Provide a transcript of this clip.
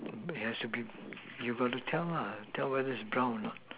there has to be you got to tell tell whether it's brown or not